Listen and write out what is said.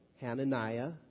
Hananiah